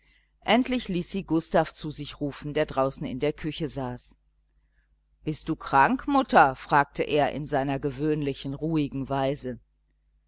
endlich ließ sie gustav zu sich rufen der draußen in der küche saß bist du krank mutter fragte er in seiner gewöhnlichen ruhigen weise